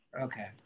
okay